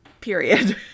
Period